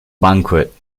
banquet